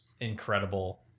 incredible